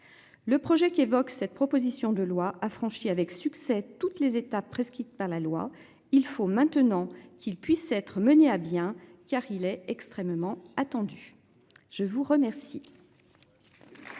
Le projet qui évoque cette proposition de loi a franchi avec succès toutes les étapes prescrite par la loi. Il faut maintenant qu'il puisse être menée à bien, car il est extrêmement attendu. Je vous remercie.